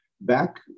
back